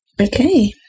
Okay